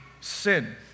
sin